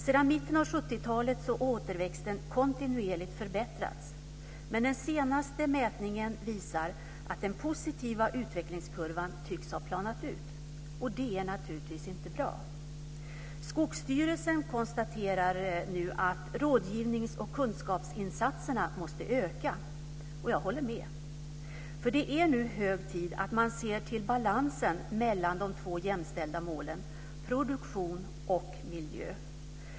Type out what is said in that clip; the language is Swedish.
Sedan mitten av 70-talet har återväxten kontinuerligt förbättrats. Men den senaste mätningen visar att den positiva utvecklingskurvan tycks ha planat ut. Det är naturligtvis inte bra. Skogsstyrelsen konstaterar nu att rådgivnings och kunskapsinsatserna måste öka. Jag håller med. Det är nu hög tid att man ser till balansen mellan de två jämställda målen, dvs. produktion och miljö.